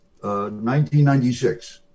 1996